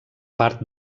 part